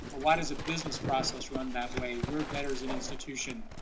or why does a business process run that way, we're better as an institution.